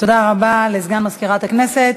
תודה רבה לסגן מזכירת הכנסת.